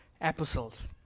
epistles